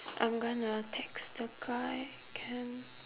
I'm gonna text the guy can